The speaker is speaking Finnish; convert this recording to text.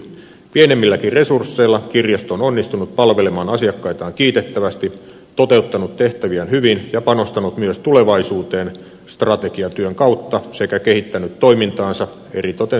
pienemmilläkin resursseilla kirjasto on onnistunut palvelemaan asiakkaitaan kiitettävästi toteuttanut tehtäviään hyvin ja panostanut myös tulevaisuuteen strategiatyön kautta sekä kehittänyt toimintaansa eritoten